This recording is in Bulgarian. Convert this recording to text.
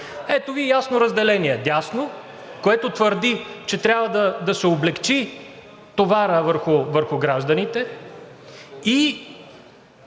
Ето Ви ясно разделение – дясно, което твърди, че трябва да се облекчи товарът върху гражданите и